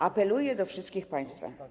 Apeluję do wszystkich państwa.